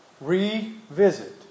revisit